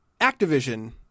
Activision